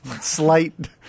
Slight